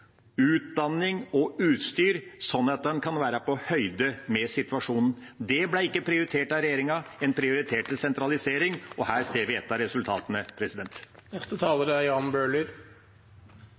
utdanning og utstyr, slik at en kan være på høyde med situasjonen. Det ble ikke prioritert av regjeringa. En prioriterte sentralisering, og her ser vi et av resultatene. Som det ble sagt i Riksrevisjonens gode merknader, som er